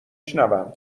شنوم